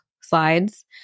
slides